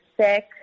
sick